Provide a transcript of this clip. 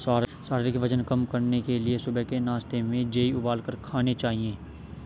शारीरिक वजन कम करने के लिए सुबह के नाश्ते में जेई उबालकर खाने चाहिए